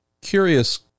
Curious